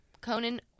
Conan